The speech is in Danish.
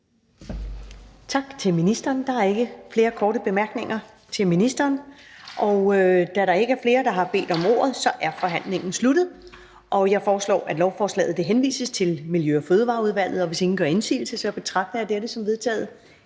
Tak til ministeren. Der er ikke flere korte bemærkninger til ministeren. Da der ikke er flere, der har bedt om ordet, er forhandlingen sluttet. Jeg foreslår, at forslaget henvises til Miljø- og Fødevareudvalget, og hvis ingen gør indsigelse, betragter jeg dette som vedtaget.